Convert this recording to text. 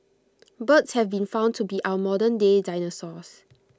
birds have been found to be our modernday dinosaurs